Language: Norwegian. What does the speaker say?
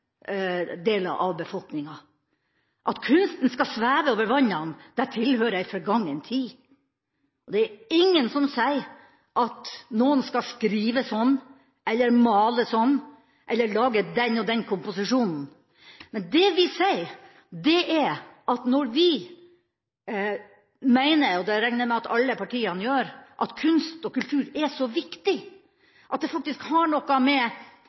deler av befolkninga. At kunsten skal sveve over vannet tilhører en forgangen tid. Det er ingen som sier at noen skal skrive slik, male slik eller lage den og den komposisjonen. Det vi sier, er at når vi mener – og det regner jeg med at alle partiene gjør – at kunst og kultur er så viktig, at det faktisk har noe med